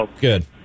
good